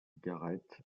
garrett